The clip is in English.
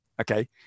Okay